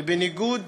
בניגוד